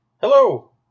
Hello